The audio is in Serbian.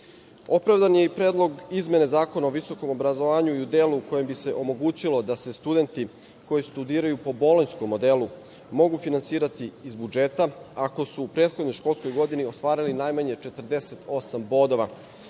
interes. Opravdan je i predlog izmene Zakona o visokom obrazovanju u delu kojim bi se omogućilo da se studenti koji studiraju po bolonjskom modelu mogu finansirati iz budžeta ako su u prethodnoj školskoj godini ostvarili najmanje 48 bodova.